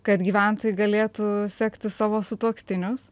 kad gyventojai galėtų sekti savo sutuoktinius